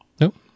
Nope